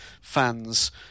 fans